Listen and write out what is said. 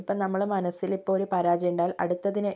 ഇപ്പം നമ്മൾ മനസ്സിലിപ്പോൾ ഒരു പരാജയമുണ്ടായാൽ അടുത്തതിന്